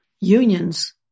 Unions